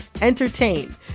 entertain